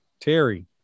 Terry